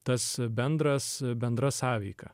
tas bendras bendra sąveika